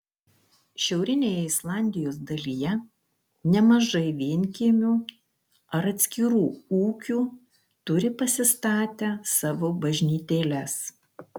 šiaurinėje islandijos dalyje nemažai vienkiemių ar atskirų ūkių turi pasistatę savo bažnytėles